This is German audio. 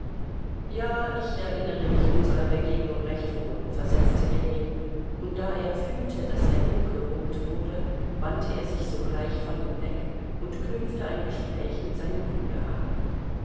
ja ich erinnere mich unserer begegnung recht wohl versetzte ljewin und da er fühlte daß er dunkelrot wurde wandte er sich sogleich von ihm weg und knüpfte ein gespräch mit seinem bruder an